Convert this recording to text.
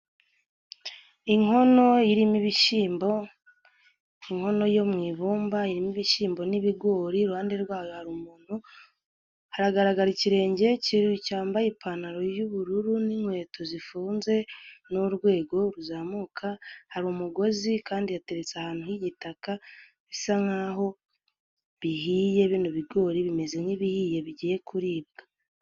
Inkono irimo ibishyimbo, inkono yo mu ibumba irimo ibishyimbo n'ibigori, iruhande rwayo hari umuntu, hagaragara ikirenge cyambaye ipantaro y'ubururu n'inkweto zifunze n'urwego ruzamuka, hari umugozi kandi yateretse ahantu h'igitaka bisa nk'aho bihiye bino ibigori bimeze nk'ibihiye bigiye kuribwa.